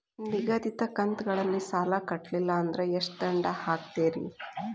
ನಿಗದಿತ ಕಂತ್ ಗಳಲ್ಲಿ ಸಾಲ ಕಟ್ಲಿಲ್ಲ ಅಂದ್ರ ಎಷ್ಟ ದಂಡ ಹಾಕ್ತೇರಿ?